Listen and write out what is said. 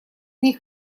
них